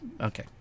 okay